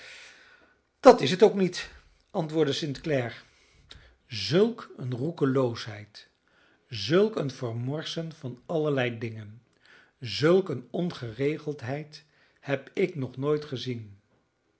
dat is het ook niet antwoordde st clare zulk een roekeloosheid zulk een vermorsen van allerlei dingen zulk een ongeregeldheid heb ik nog nooit gezien